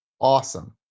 awesome